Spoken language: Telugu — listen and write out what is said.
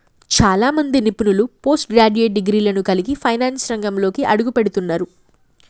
చాలా మంది నిపుణులు పోస్ట్ గ్రాడ్యుయేట్ డిగ్రీలను కలిగి ఫైనాన్స్ రంగంలోకి అడుగుపెడుతున్నరు